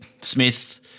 Smith